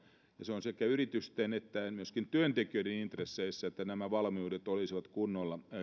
ja on sekä yritysten että myöskin työntekijöiden intresseissä että nämä valmiudet olisivat kunnolla